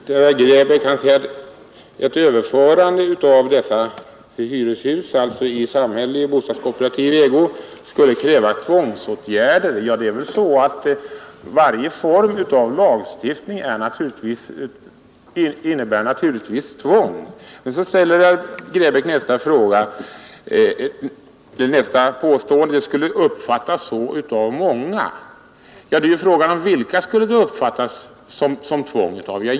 Herr talman! Herr Grebäck säger att ett överförande av hyreshus i samhällelig eller bostadskooperativ ägo skulle kräva tvångsåtgärder. Ja, varje form av lagstiftning innebär naturligtvis tvång. Men så tillägger herr Grebäck: Det skulle uppfattas så av många. Frågan är ju då: Av vilka skulle det uppfattas som tvång?